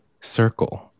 Circle